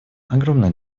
огромное